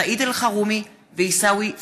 סעיד אלחרומי ועיסאווי פריג'